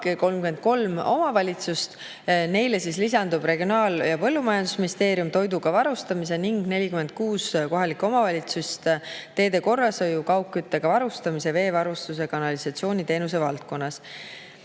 33 omavalitsust. Neile lisandub Regionaal‑ ja Põllumajandusministeerium toiduga varustamise ning 46 kohalikku omavalitsust teede korrashoiu, kaugküttega varustamise, veevarustuse ja kanalisatsiooniteenuse valdkonnas.